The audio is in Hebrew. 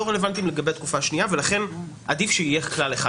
רלוונטיים לגבי התקופה השנייה ולכן עדיף שיהיה כלל אחד.